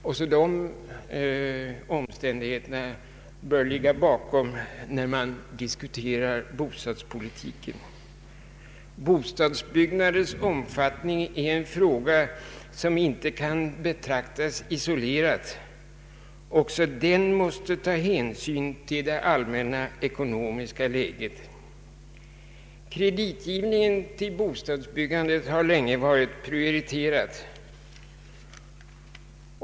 Också dessa omständigheter bör ligga bakom, när vi diskuterar bostadspolitiken. Bostadsbyggandets omfattning är en fråga som inte kan betraktas isolerat. Den beror på det allmänna ekonomiska läget. Kreditgivningen till bostadsbyggandet har länge varit prioriterad.